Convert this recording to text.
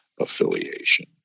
affiliation